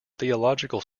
theological